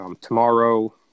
Tomorrow